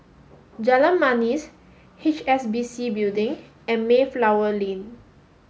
Jalan Manis H S B C Building and Mayflower Lane